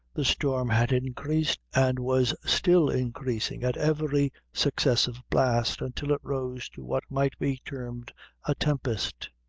the storm had increased, and was still increasing at every successive blast, until it rose to what might be termed a tempest.